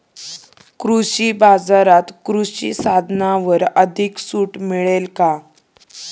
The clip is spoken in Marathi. कृषी बाजारात कृषी साधनांवर अधिक सूट मिळेल का?